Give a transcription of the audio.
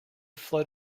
float